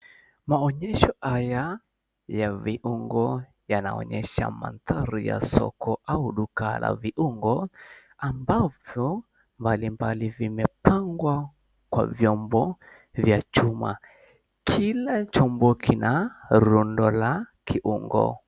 Maonyesho haya ya viungo yanaonyesha mandhari ya soko au duka la viungo ambavyo mbalimbali vimepangwa kwa viombo vya chuma, kila chombo kina rundo la kiungo.